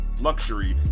luxury